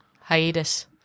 hiatus